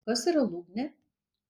kas yra lūgnė